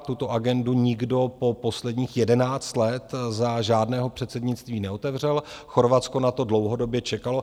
Tuto agendu nikdo za posledních jedenáct let za žádného předsednictví neotevřel, Chorvatsko na to dlouhodobě čekalo.